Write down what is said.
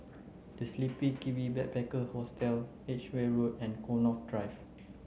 The Sleepy Kiwi Backpacker Hostel Edgeware Road and Connaught Drive